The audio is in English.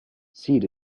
seed